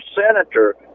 senator